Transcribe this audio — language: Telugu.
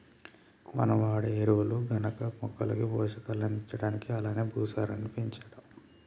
మనం వాడే ఎరువులు గనక మొక్కలకి పోషకాలు అందించడానికి అలానే భూసారాన్ని పెంచడా